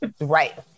Right